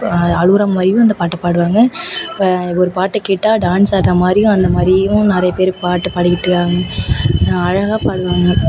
அழுகிற மாதிரியும் அந்த பாட்டு பாடுவாங்க இப்போ ஒரு பாட்டை கேட்டால் டான்ஸ் ஆடுற மாதிரியும் அந்தமாதிரியும் நிறைய பேர் பாட்டு பாடிக்கிட்டு அழகாக பாடுவாங்க